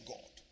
God